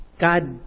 God